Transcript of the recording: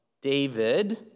David